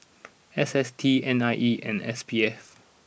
S S T N I E and S P F